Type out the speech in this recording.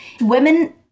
Women